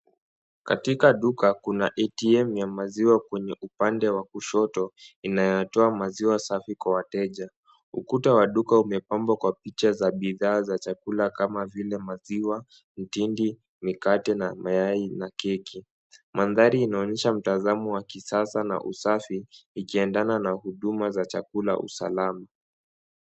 Katika duka kuna ATM ya maziwa kwenye upande wa kushoto inayotoa maziwa safi kwa wateja, ukuta wa duka umepambwa kwa picha za bidhaa za chakula kama vile maziwa, mtindi, mikate na mayai na keki, mandhari inaonyesha mtazamo wa kisasa na usafi zikiendana na huduma za chakula usalama.